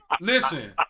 listen